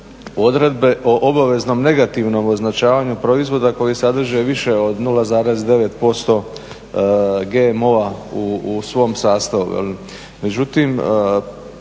odredbe o obaveznom negativnom označavanju proizvoda koji sadrže više od 0,9% GMO-a u svom sastavu.